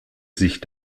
sich